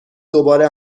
دوباره